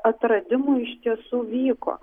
atradimų iš tiesų vyko